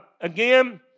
again